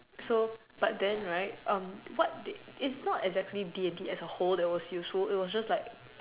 so but then right what did it wasn't actually D and T as a whole that was useful it was just like